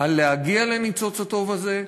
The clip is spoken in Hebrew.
על להגיע לניצוץ הטוב הזה,